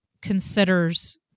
considers